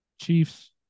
Chiefs